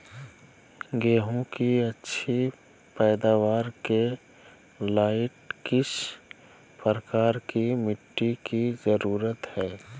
गेंहू की अच्छी पैदाबार के लाइट किस प्रकार की मिटटी की जरुरत है?